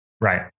right